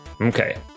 Okay